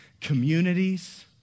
communities